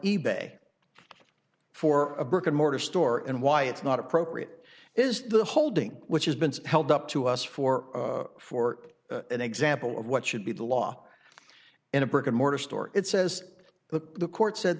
e bay for a brick and mortar store and why it's not appropriate is the holding which has been held up to us for for an example of what should be the law in a brick and mortar store it says the the court said